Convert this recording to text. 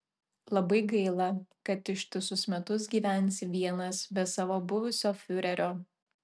labai gaila kad ištisus metus gyvensi vienas be savo buvusio fiurerio